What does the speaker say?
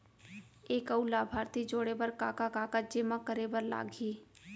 एक अऊ लाभार्थी जोड़े बर का का कागज जेमा करे बर लागही?